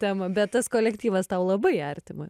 temą bet tas kolektyvas tau labai artimas